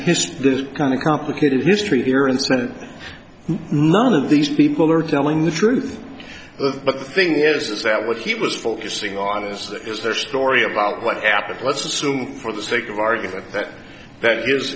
history this kind of complicated history here and send none of these people are telling the truth but the thing is that what he was focusing on this is their story about what happened let's assume for the sake of argument that that is